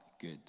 good